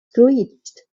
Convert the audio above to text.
screeched